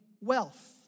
wealth